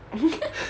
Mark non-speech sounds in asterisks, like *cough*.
*laughs*